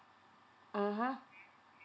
mmhmm